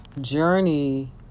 journey